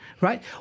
right